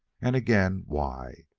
and again why?